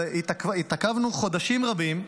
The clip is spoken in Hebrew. התעכבנו חודשים רבים,